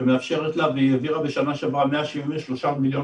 שמאפשרת לה והיא העבירה בשנה שעברה 173 מיליון